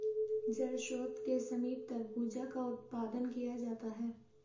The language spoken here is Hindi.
जल स्रोत के समीप तरबूजा का उत्पादन किया जाता है